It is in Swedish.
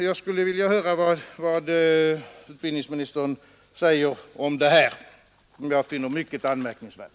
Jag skulle gärna vilja höra vad utbildningsministern säger om detta som jag finner mycket anmärkningsvärt.